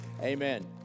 Amen